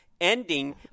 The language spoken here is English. ending